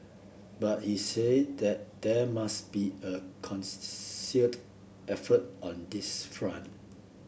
but he said that there must be a concerted effort on this front